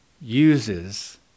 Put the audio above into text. uses